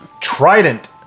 trident